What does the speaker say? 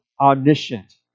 omniscient